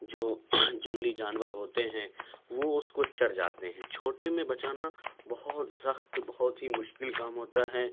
جو جنگلی جانور ہوتے ہیں وہ اس کو چر جاتے ہیں چھوٹے میں بچانا بہت سخت بہت ہی مشکل کام ہوتا ہے